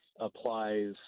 applies